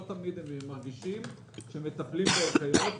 לא תמיד הם מרגישים שמטפלים בהם כיאות.